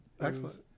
Excellent